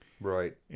Right